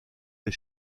des